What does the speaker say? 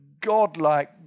godlike